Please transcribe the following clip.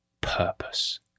purpose